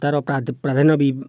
ତା'ର ପ୍ରାଧାନ୍ୟ ବି